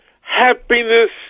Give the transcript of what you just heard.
Happiness